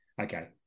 okay